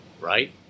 right